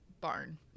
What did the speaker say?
barn